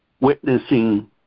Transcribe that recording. witnessing